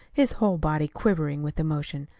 his whole body quivering with emotion.